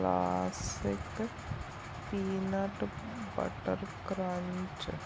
classic peanut butter crunch